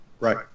Right